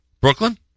Brooklyn